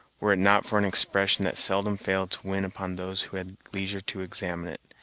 were it not for an expression that seldom failed to win upon those who had leisure to examine it,